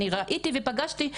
אני ראיתי ופגשתי,